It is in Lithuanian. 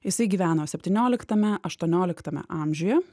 jisai gyveno septynioliktame aštuonioliktame amžiuje